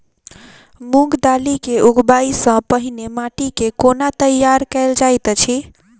मूंग दालि केँ उगबाई सँ पहिने माटि केँ कोना तैयार कैल जाइत अछि?